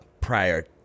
prior